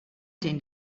den